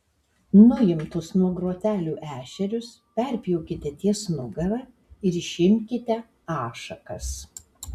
nuimtus nuo grotelių ešerius perpjaukite ties nugara ir išimkite ašakas